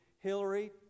Hillary